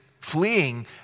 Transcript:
fleeing